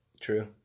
True